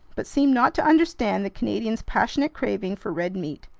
but seemed not to understand the canadian's passionate craving for red meat.